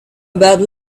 about